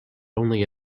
only